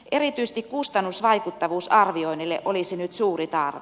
erityisesti kustannusvaikuttavuusarvioinnille olisi nyt suuri tarve